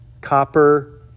copper